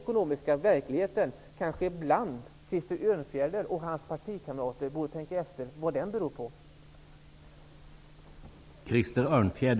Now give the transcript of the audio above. Krister Örnfjäder och hans partikamrater borde tänka efter vad orsakerna till den verkligheten är.